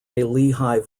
lehigh